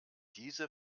diese